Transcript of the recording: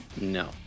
no